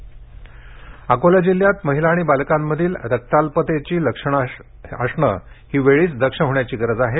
रक्ताल्पता जनजागृती अकोला जिल्ह्यात महिला आणि बालकांमधील रक्ताल्पतेची लक्षणे असणे ही वेळीच दक्ष होण्याची गरज आहे